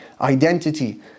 identity